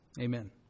Amen